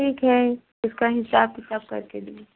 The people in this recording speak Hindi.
ठीक है इसका हिसाब किताब करके